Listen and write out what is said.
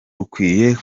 rukwiye